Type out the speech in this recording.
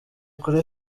kuri